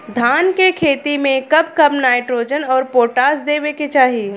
धान के खेती मे कब कब नाइट्रोजन अउर पोटाश देवे के चाही?